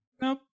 Nope